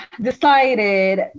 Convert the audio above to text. decided